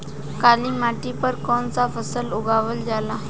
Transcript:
काली मिट्टी पर कौन सा फ़सल उगावल जाला?